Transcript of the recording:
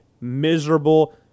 miserable